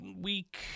week